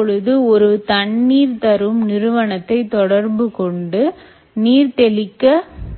இப்பொழுது ஒரு தண்ணீர் தரும் நிறுவனத்தைத் தொடர்பு கொண்டு நீர் தெளிக்க